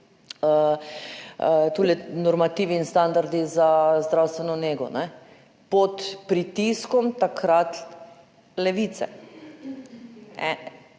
normativi in standardi za zdravstveno nego, ne pod pritiskom takrat Levice.